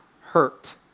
hurt